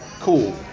cool